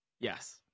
yes